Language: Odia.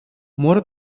ମୋର